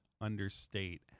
understate